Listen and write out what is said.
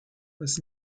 was